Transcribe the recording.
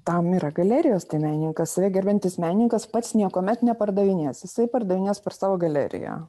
tam yra galerijos tai menininkas save gerbiantis menininkas pats niekuomet nepardavinės jisai pardavinės per savo galeriją